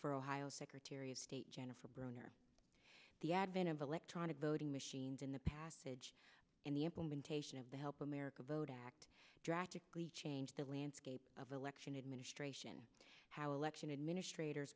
for ohio secretary of state jennifer brunner the advent of electronic voting machines in the passage in the implementation of the help america vote act drastically changed the landscape of election administration how election administrator